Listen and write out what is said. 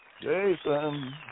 jason